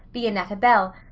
be annetta bell,